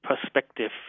perspective